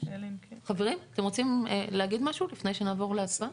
חברים, אתם רוצים להגיד משהו לפני שנעבור להצבעה?